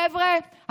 חבר'ה,